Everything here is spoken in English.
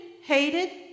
hated